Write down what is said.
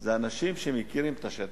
זה אנשים שמכירים את השטח,